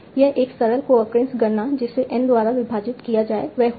यह एक सरल कोअक्रेंस गणना जिसे n द्वारा विभाजित किया जाए वह होगा